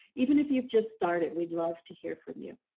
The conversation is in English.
even if you've just started, we'd love to hear from you.